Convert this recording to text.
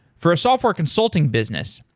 for a software consulting business,